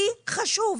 לי חשוב.